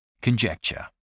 Conjecture